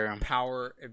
power